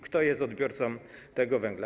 Kto jest odbiorcą tego węgla?